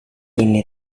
ini